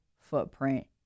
footprint